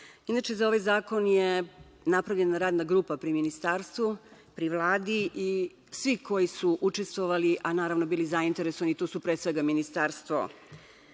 za ovaj zakon je napravljena Radna grupa pri Ministarstvu, pri Vladi i svi koji su učestvovali, a naravno bili zainteresovani, to su pre svega Ministarstvo